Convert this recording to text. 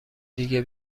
دیگه